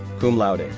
cum laude,